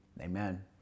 amen